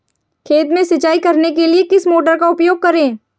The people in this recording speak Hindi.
खेत में सिंचाई करने के लिए किस मोटर का उपयोग करें?